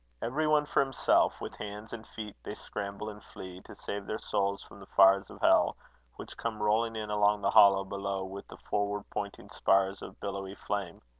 every one for himself, with hands and feet they scramble and flee, to save their souls from the fires of hell which come rolling in along the hollow below with the forward pointing spires of billowy flame.